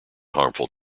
harmful